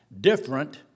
different